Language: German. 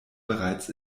bereits